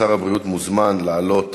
שר הבריאות מוזמן לעלות